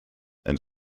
and